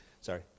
Sorry